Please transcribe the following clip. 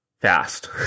fast